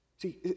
See